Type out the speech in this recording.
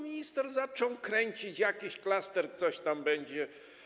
Minister zaczął kręcić: jakiś klaster, coś tam będzie.